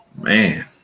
Man